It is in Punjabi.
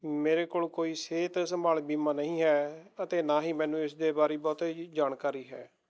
ਮੇਰੇ ਕੋਲ ਕੋਈ ਸਿਹਤ ਸੰਭਾਲ ਬੀਮਾ ਨਹੀਂ ਹੈ ਅਤੇ ਨਾ ਹੀ ਮੈਨੂੰ ਇਸ ਦੇ ਬਾਰੇ ਬਹੁਤੀ ਜਾਣਕਾਰੀ ਹੈ